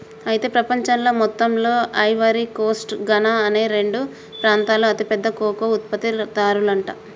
అయితే ప్రపంచంలో మొత్తంలో ఐవరీ కోస్ట్ ఘనా అనే రెండు ప్రాంతాలు అతి పెద్ద కోకో ఉత్పత్తి దారులంట